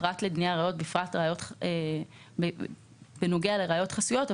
פרט לדיני הראיות בנוגע לראיות חסויות.